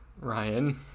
Ryan